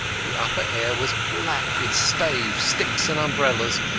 the upper air was black with staves, sticks, and umbrellas,